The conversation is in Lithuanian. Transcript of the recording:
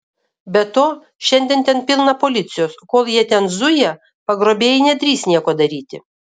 be to šiandien ten pilna policijos kol jie ten zuja pagrobėjai nedrįs nieko daryti